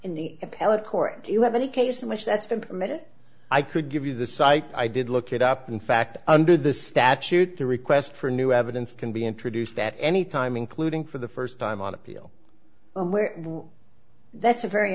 court do you have any case in which that's been permitted i could give you the cite i did look it up in fact under the statute the request for new evidence can be introduced at any time including for the st time on appeal where that's a very